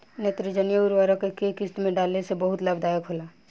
नेत्रजनीय उर्वरक के केय किस्त में डाले से बहुत लाभदायक होला?